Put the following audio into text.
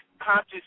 conscious